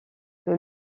que